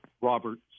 Robert